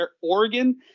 Oregon